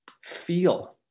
feel